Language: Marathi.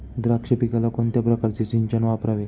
द्राक्ष पिकाला कोणत्या प्रकारचे सिंचन वापरावे?